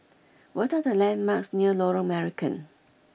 what are the landmarks near Lorong Marican